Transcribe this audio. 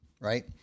right